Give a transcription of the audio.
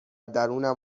درونم